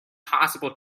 possible